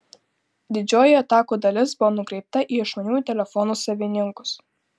didžioji atakų dalis buvo nukreipta į išmaniųjų telefonų savininkus